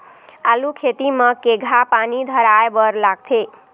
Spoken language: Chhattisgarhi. आलू खेती म केघा पानी धराए बर लागथे?